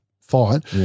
fight